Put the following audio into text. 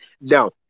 Now